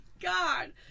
god